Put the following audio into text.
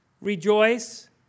rejoice